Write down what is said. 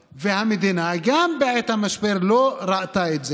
המדינה, גם בעת המשבר, לא ראתה את זה,